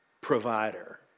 provider